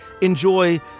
enjoy